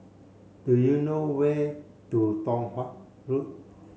do you know where to Tong Watt Road